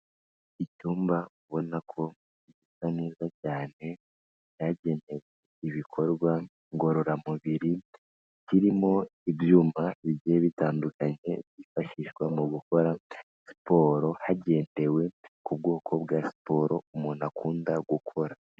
Ibyumba ubona ko bisa neza cyane, byagenewe ibikorwa ngororamubiri, birimo ibyumba bigiye bitandukanye byifashishwa mu gukora siporo, hagendewe ku bwoko bwa siporo umuntu akunda gukora.